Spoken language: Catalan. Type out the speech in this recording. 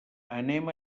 anem